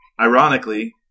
ironically